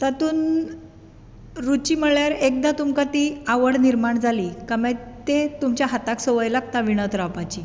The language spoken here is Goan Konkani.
तातूंत रुची म्हळ्यार एकदा तुमकां ती आवड निर्माण जाली काय मागीर ते तुमच्या हाताक संवय लागता विणत रावपाची